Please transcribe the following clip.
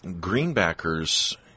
Greenbackers